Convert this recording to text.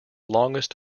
longest